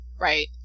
Right